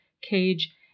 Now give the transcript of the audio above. cage